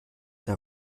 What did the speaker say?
der